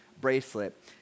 bracelet